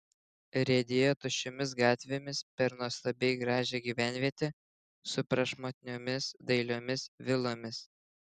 riedėjo tuščiomis gatvėmis per nuostabiai gražią gyvenvietę su prašmatniomis dailiomis vilomis